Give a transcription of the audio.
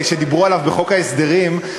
שדיברו עליו בחוק ההסדרים,